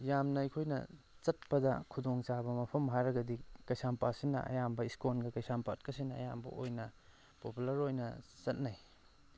ꯌꯥꯝꯅ ꯑꯩꯈꯣꯏꯅ ꯆꯠꯄꯗ ꯈꯨꯗꯣꯡ ꯆꯥꯕ ꯃꯐꯝ ꯍꯥꯏꯔꯒꯗꯤ ꯀꯩꯁꯥꯝꯄꯥꯠꯁꯤꯅ ꯑꯌꯥꯝꯕ ꯁ꯭ꯀꯣꯟꯒ ꯀꯩꯁꯥꯝꯄꯥꯠꯀꯁꯤꯅ ꯑꯌꯥꯝꯕ ꯑꯣꯏꯅ ꯄꯣꯄꯨꯂꯔ ꯑꯣꯏꯅ ꯆꯠꯅꯩ